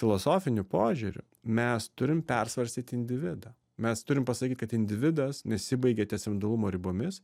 filosofiniu požiūriu mes turim persvarstyt individą mes turim pasakyt kad individas nesibaigia ties individualumo ribomis